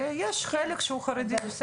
יש חלק שהוא חרדי, בסדר.